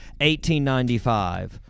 1895